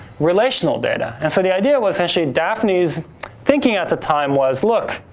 relational data, and so the idea was essentially daphne's thinking at the time was look,